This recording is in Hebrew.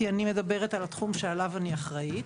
כי אני מדברת על התחום שעליו אני אחראית.